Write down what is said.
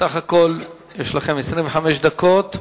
סך הכול יש לכם 25 דקות.